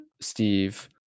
Steve